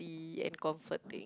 ~ty and comforting